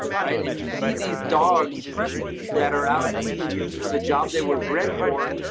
right? and you see these dogs that are out being used for the job they were bred for.